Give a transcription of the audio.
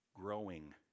growing